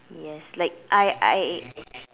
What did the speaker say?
yes like I I